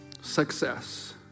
Success